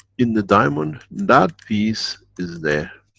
in the diamond that peace is there.